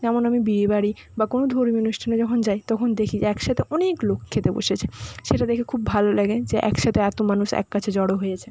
যেমন আমি বিয়ে বাড়ি বা কোনও ধর্মীয় অনুষ্ঠানে যখন যাই তখন দেখি যে একসাথে অনেক লোক খেতে বসেছে সেটা দেখে খুব ভালো লাগে যে একসাথে এত মানুষ এক কাছে জড়ো হয়েছে